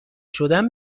شدن